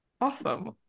Awesome